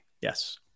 yes